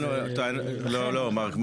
לא, זה לא מה ששאלנו.